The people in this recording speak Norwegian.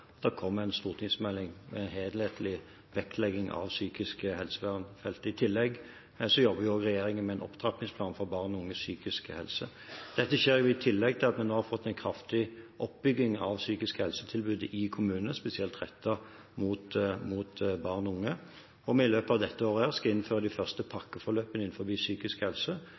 det kommer en stortingsmelding med en helhetlig vektlegging av psykisk helsevern-feltet. I tillegg jobber regjeringen med en opptrappingsplan for barns og unges psykiske helse. Dette skjer i tillegg til at vi har fått en kraftig oppbygging av psykisk helse-tilbudet i kommunene, spesielt det som er rettet mot barn og unge, og at vi i løpet av dette året skal innføre de første pakkeforløpene innen psykisk helse,